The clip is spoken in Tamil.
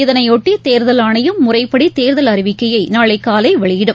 இதனையொட்டி தேர்தல் ஆணையம் முறைப்படி தேர்தல் அறிவிக்கையை நாளை காலை வெளியிடும்